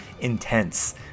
intense